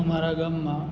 અમારાં ગામમાં